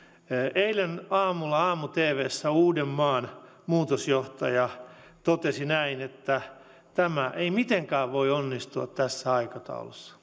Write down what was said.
eilen aamulla aamu tvssä uudenmaan muutosjohtaja totesi että tämä ei mitenkään voi onnistua tässä aikataulussa